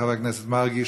חבר הכנסת מרגי,